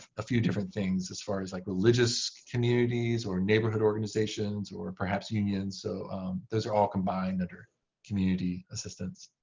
a few different things as far as like religious communities or neighborhood organizations or perhaps unions. so those are all combined under community assistance.